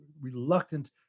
reluctant